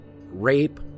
rape